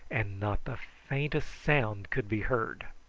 and not the faintest sound could be heard.